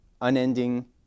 unending